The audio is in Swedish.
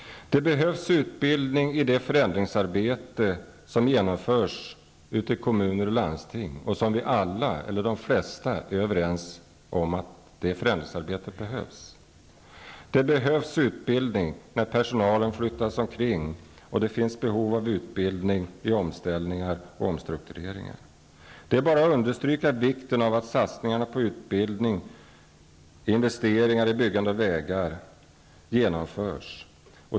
Det behövs också utbildning i det förändringsarbete som genomförs i kommuner och landsting. De flesta är överens om att det förändringsarbetet behövs. Det behövs utbildning när personalen måste flytta runt. Det finns också ett behov av utbildning vid omställningar och omstruktureringar. Det är bara att betona vikten av att satsningarna på utbildning och investeringarna i byggandet av vägar genomförs.